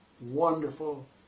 wonderful